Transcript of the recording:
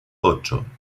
ocho